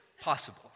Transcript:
possible